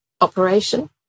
operation